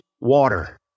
water